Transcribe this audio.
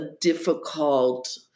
difficult